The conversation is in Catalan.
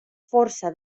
força